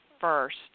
first